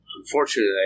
Unfortunately